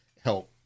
help